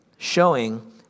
showing